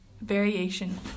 variation